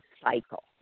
cycle